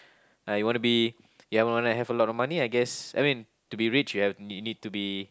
like you wanna be you wanna have a lot of money I guess I mean to be rich you have need need to be